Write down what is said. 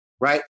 Right